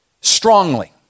Strongly